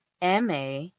ma